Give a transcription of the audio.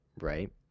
right